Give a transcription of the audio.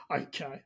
okay